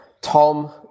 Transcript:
Tom